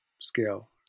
Scale